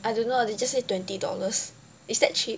I don't know they just say twenty dollars is that cheap